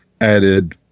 added